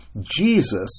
Jesus